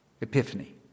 Epiphany